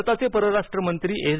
भारताचे परराष्ट्रमंत्री एस